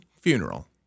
funeral